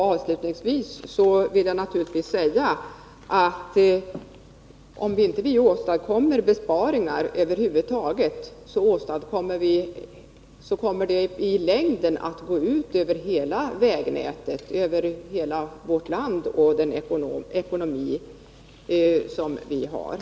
Avslutningsvis vill jag säga att om vi inte åstadkommer besparingar över huvud taget, så kommer det naturligtvis i längden att gå ut över hela vägnätet i vårt land och över vårt lands ekonomi.